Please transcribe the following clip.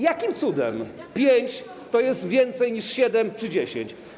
Jakim cudem pięć to jest więcej niż siedem czy dziesięć?